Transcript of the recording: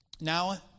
Now